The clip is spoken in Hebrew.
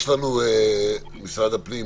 משרד הפנים,